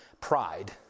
pride